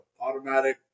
automatic